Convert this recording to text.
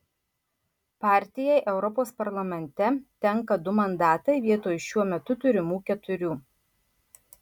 partijai europos parlamente tenka du mandatai vietoj šiuo metu turimų keturių